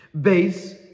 Base